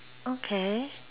okay